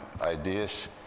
ideas